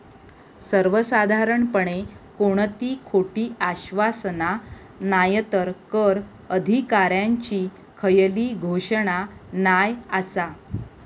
सर्वसाधारणपणे कोणती खोटी आश्वासना नायतर कर अधिकाऱ्यांची खयली घोषणा नाय आसा